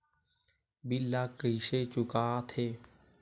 bill ला कइसे चुका थे